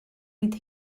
with